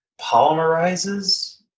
polymerizes